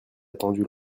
attendu